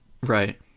Right